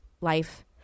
life